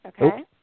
okay